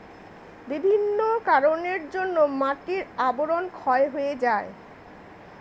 বিভিন্ন কারণের জন্যে মাটির আবরণ ক্ষয় হয়ে যায়